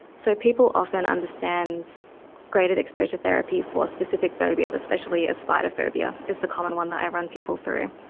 so people often understand graded exposure therapy for specific phobias, especially a spider phobia is the common one that i run people through.